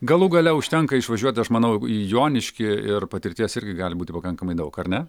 galų gale užtenka išvažiuoti aš manau į joniškį ir patirties irgi gali būti pakankamai daug ar ne